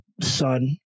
son